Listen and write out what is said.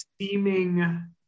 seeming